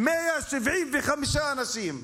175 אנשים.